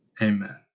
Amen